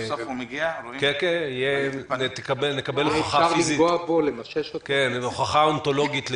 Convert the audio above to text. ונקבל הוכחה אונטולוגית לקיומו.